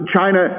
China